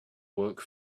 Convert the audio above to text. work